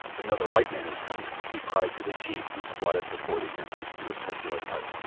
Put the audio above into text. another white man is coming! he cried to the chief who squatted before the entrance to his circular hut.